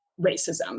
racism